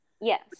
yes